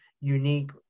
unique